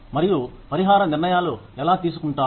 మరియు పరిహార నిర్ణయాలు ఎలా తీసుకుంటారు